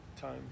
time